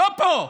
לא פה.